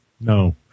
no